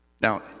Now